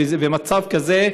ובמצב כזה,